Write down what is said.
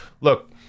look